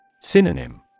Synonym